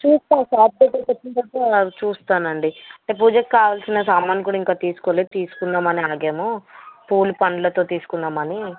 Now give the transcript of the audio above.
చూస్తాను షాప్ దగ్గరకి వచ్చిన తర్వాత చూస్తాను అండి అంటే పూజకి కావాల్సిన సామానులు కూడా ఇంకా కా తీసుకోలేదు తీసుకుందాం అని ఆగాము పూలు పళ్ళతో తీసుకుందాం అని